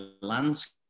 landscape